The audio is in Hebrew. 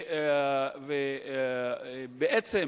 ובעצם